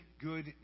good